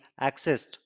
accessed